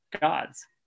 gods